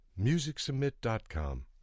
MusicSubmit.com